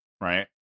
right